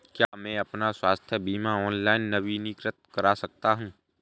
क्या मैं अपना स्वास्थ्य बीमा ऑनलाइन नवीनीकृत कर सकता हूँ?